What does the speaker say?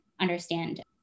understand